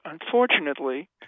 unfortunately